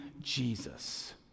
Jesus